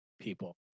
people